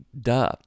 duh